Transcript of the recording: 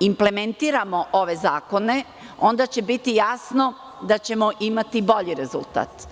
implementiramo ove zakone, onda će biti jasno da ćemo imati bolji rezultat.